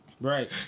Right